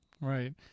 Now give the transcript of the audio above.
Right